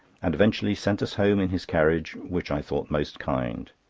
and eventually sent us home in his carriage, which i thought most kind.